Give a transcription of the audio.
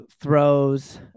throws